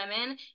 women